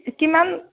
কিমান